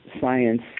science